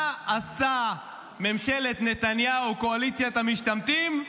מה עשתה ממשלת נתניהו, קואליציית המשתמטים?